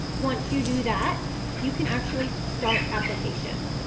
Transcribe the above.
once you do that you can actually start application.